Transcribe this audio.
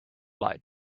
lied